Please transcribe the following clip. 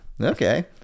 okay